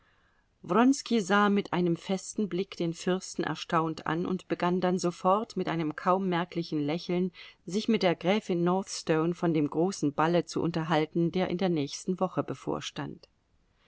sah mit einem festen blick den fürsten erstaunt an und begann dann sofort mit einem kaum merklichen lächeln sich mit der gräfin northstone von dem großen balle zu unterhalten der in der nächsten woche bevorstand